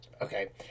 Okay